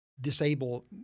disable